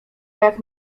jak